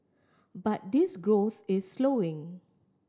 but this growth is slowing